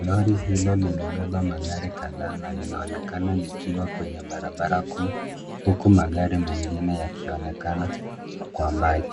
Lori hilo limebeba magari kadhaa na linaonekana likiwa kwenye barabara kuu, huku magari mengine yakionekana kwa mbali.